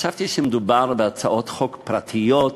חשבתי שמדובר בהצעות חוק פרטיות,